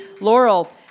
Laurel